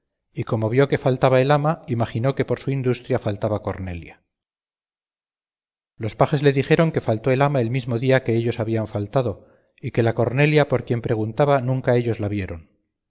y como vio que faltaba el ama imaginó que por su industria faltaba cornelia los pajes le dijeron que faltó el ama el mismo día que ellos habían faltado y que la cornelia por quien preguntaba nunca ellos la vieron